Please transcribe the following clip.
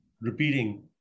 repeating